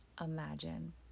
imagine